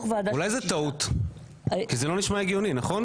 זה לא נשמע הגיוני, נכון?